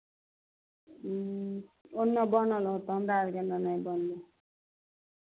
ह्म्म ओन्नऽ बनल होत हमरा अरके एन्नऽ नहि बनलै